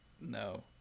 No